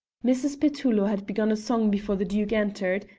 mrs. petullo had begun a song before the duke entered,